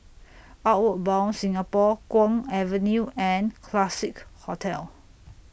Outward Bound Singapore Kwong Avenue and Classique Hotel